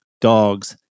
Dogs